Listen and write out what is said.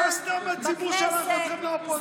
לא סתם הציבור שלח אתכם לאופוזיציה.